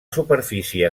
superfície